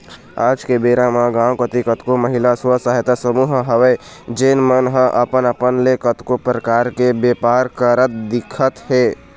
आज के बेरा म गाँव कोती कतको महिला स्व सहायता समूह हवय जेन मन ह अपन अपन ले कतको परकार के बेपार करत दिखत हे